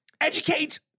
Educate